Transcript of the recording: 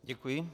Děkuji.